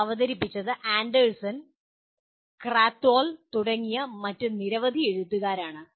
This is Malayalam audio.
ഇത് അവതരിപ്പിച്ചത് ആൻഡേഴ്സൺ ക്രാത്ത്വോൾ തുടങ്ങിയ മറ്റ് നിരവധി എഴുത്തുകാരാണ്